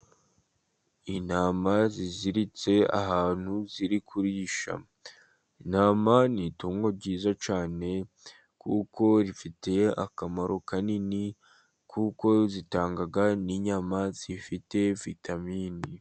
Intama ziziritse ahantu ziri kurisha intama ni itungo ryiza cyane kuko rifitiye akamaro kanini kuko zitanga n'inyama zifite vitamini.